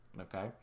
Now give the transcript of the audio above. Okay